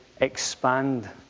expand